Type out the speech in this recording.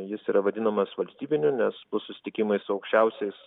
jis yra vadinamas valstybiniu nes bus susitikimai su aukščiausiais